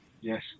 Yes